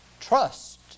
Trust